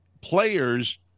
players